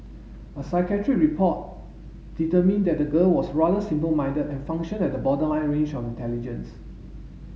a psychiatric report determined that the girl was rather simple minded and functioned at the borderline range of intelligence